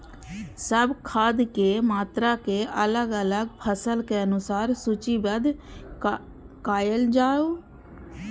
सब खाद के मात्रा के अलग अलग फसल के अनुसार सूचीबद्ध कायल जाओ?